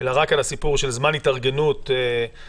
אלא רק על הסיפור של זמן התארגנות לעסק,